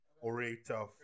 orator